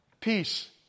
peace